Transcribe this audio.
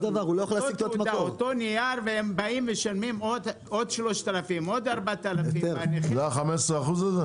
הם משלמים עוד 3,000, עוד 4,000. בגלל ה-15%?